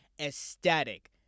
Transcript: ecstatic